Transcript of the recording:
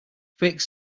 fake